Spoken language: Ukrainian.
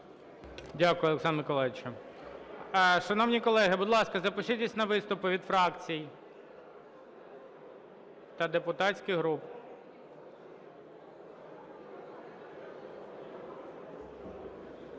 Дякую, Олександре Миколайовичу. Шановні колеги, будь ласка, запишіться на виступи від фракцій та депутатських груп.